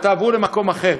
או תעברו למקום אחר,